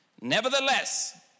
Nevertheless